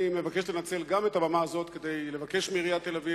אני מבקש לנצל גם את הבמה הזאת כדי לבקש מעיריית תל-אביב